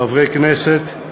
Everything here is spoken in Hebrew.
חברי כנסת,